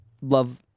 love